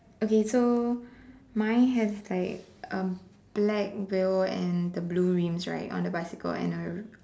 okay so mine has like um black veil and the blue rims right on the bicycle and a